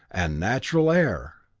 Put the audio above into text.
and natural air!